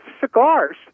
cigars